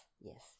yes